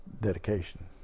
dedication